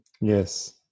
Yes